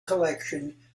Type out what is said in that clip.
collection